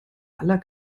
aller